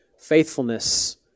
faithfulness